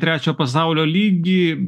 trečio pasaulio lygy